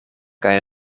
kaj